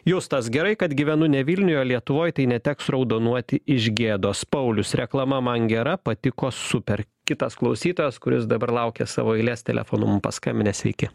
justas gerai kad gyvenu ne vilniuj o lietuvoj tai neteks raudonuoti iš gėdos paulius reklama man gera patiko super kitas klausytojas kuris dabar laukia savo eilės telefonu mum paskambinęs sveiki